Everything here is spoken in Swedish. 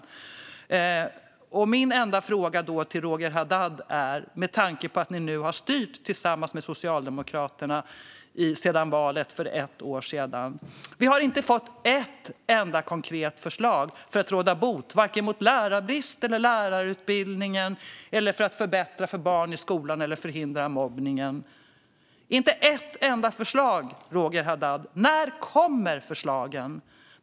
Jag har en enda fråga till Roger Haddad, med tanke på att Roger Haddads parti har styrt tillsammans med Socialdemokraterna sedan valet för ett år sedan. Vi har inte fått ett enda konkret förslag för att råda bot på lärarbristen eller på problemen vad gäller lärarutbildningen, för att förbättra för barn i skolan eller för att förhindra mobbningen. Inte ett enda förslag, Roger Haddad! När kommer förslagen?